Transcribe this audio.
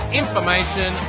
information